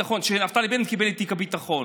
כשנפתלי בנט קיבל את תיק הביטחון.